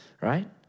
right